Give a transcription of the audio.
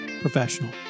professional